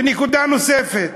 נקודה נוספת.